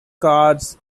cards